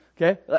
Okay